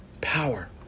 power